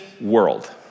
world